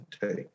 take